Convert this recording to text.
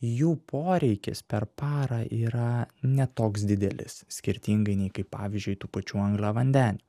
jų poreikis per parą yra ne toks didelis skirtingai nei kaip pavyzdžiui tų pačių angliavandenių